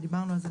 דיברנו על זה,